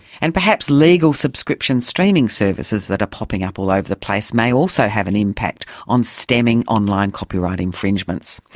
and perhaps legal subscription streaming services that are popping up all over like the place may also have an impact on stemming online copyright infringements.